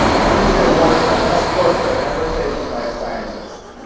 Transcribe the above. he wins the award for the best portrait ever taken by a scientist.